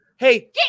Hey